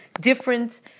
different